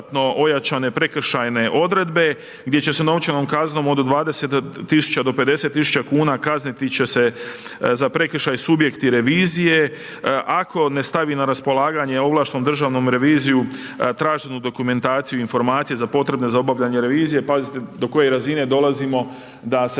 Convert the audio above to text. ojačane prekršaje odredbe, gdje će se novčanom kaznom od 20 tisuća do 50 tisuća kuna, kazniti će se za prekršaj subjekti revizije, ako ne stavi na raspolaganje ovlaštenom Državnom reviziju traženu dokumentaciju i informacije za potrebe za obavljanje revizije. Pazite, do koje razine dolazimo, da se